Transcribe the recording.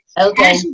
Okay